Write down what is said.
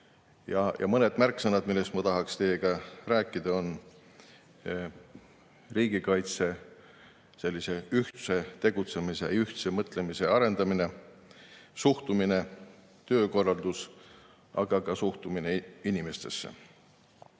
Ja mõned märksõnad, millest ma tahaksin teiega rääkida, on riigikaitse, ühtse tegutsemise ja ühtse mõtlemise arendamine, töökorraldus, aga ka suhtumine inimestesse.